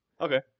Okay